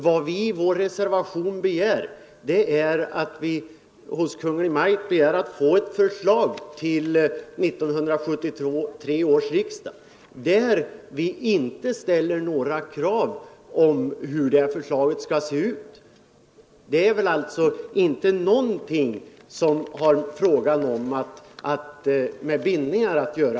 Vad vi i vår reservation begär är att riksdagen hos Kungl. Maj:t skall hemställa om förslag till 1973 års riksdag, men vi ställer inte några krav om hur det förslaget skall se ut. Det krav som vi för fram i vår reservation har alltså inte någonting med bindningar att göra.